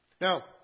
Now